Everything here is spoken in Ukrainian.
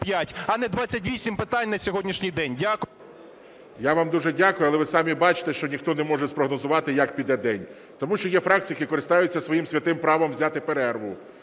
А не 28 питань на сьогоднішній день. Дякую. ГОЛОВУЮЧИЙ. Я вас дуже дякую. Але ви самі бачите, що ніхто не може спрогнозувати, як піде день. Тому що є фракції, які користаються своїм святим правом взяти перерву,